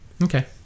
Okay